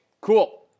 cool